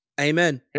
Amen